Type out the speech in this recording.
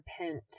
repent